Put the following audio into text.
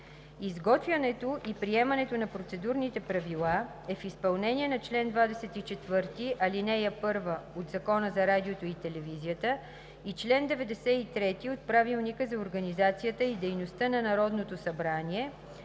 Изготвянето и приемането на процедурните правила е в изпълнение на чл. 24, ал. 1 от Закона за радиото и телевизията и чл. 93 от Правилника за организацията и дейността на Народното събрание